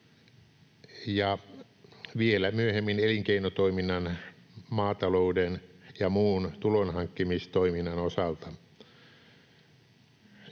ja elinkeinotoiminnan, maatalouden ja muun tulonhankkimistoiminnan osalta